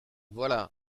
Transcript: voilà